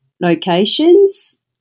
locations